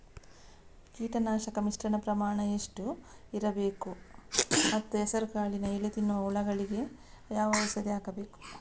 ಕೀಟನಾಶಕಗಳ ಮಿಶ್ರಣ ಪ್ರಮಾಣ ಎಷ್ಟು ಇರಬೇಕು ಮತ್ತು ಹೆಸರುಕಾಳಿನ ಎಲೆ ತಿನ್ನುವ ಹುಳಗಳಿಗೆ ಯಾವ ಔಷಧಿ ಹಾಕಬೇಕು?